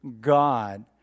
God